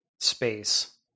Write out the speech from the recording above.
space